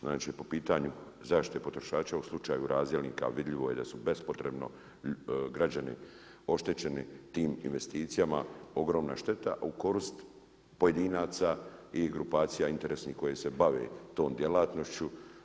Znači po pitanju zaštite potrošača u slučaju razdjelnika vidljivo je da su bespotrebno građani oštećeni tim investicijama, ogromna šteta a u korist pojedinaca i grupacija interesnih koje se bave tom djelatnošću.